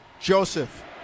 Joseph